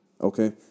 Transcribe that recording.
Okay